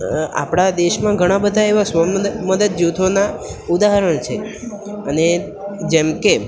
આપણા દેશમાં ઘણાંબધાં એવાં સ્વ મદદ જૂથોના ઉદાહરણ છે અને જેમકે